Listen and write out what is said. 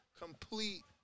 complete